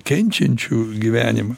kenčiančių gyvenimą